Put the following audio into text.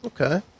Okay